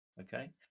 Okay